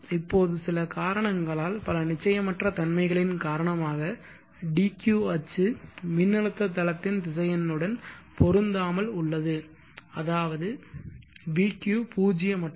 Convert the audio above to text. இப்போது சில காரணங்களால் பல நிச்சயமற்ற தன்மைகளின் காரணமாக dq அச்சு மின்னழுத்த தளத்தின் திசையனுடன் பொருந்தாமல் உள்ளது அதாவது vq பூஜ்ஜியமற்றது